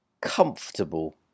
comfortable